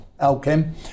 Alchem